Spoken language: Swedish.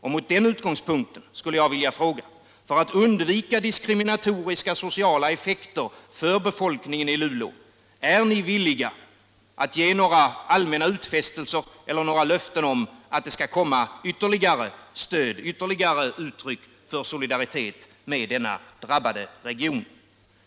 Från den utgångspunkten skulle jag vilja fråga: Är ni, för att undvika diskriminatoriska sociala effekter för befolkningen i Luleå, villiga att ge några allmänna utfästelser eller löften om ytterligare stöd och ytterligare uttryck för solidaritet med denna drabbade region?